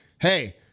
hey